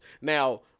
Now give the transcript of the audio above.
Now